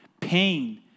Pain